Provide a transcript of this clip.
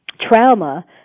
trauma